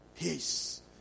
peace